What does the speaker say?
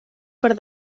per